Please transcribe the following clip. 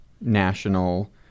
national